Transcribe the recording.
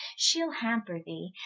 shee'le hamper thee,